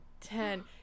ten